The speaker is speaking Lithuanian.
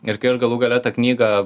ir kai aš galų gale tą knygą